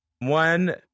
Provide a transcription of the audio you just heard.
One